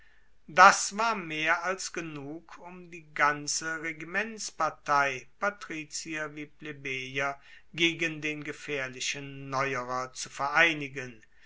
das war mehr als genug um die ganze regimentspartei patrizier wie plebejer gegen den gefaehrlichen neuerer zu vereinigen